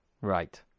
Right